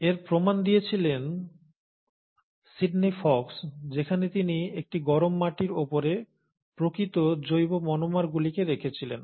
এর প্রমাণ দিয়েছিলেন Sydney Fox যেখানে তিনি একটি গরম মাটির উপরে প্রকৃত জৈব মনোমারগুলিকে রেখেছিলেন